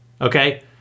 okay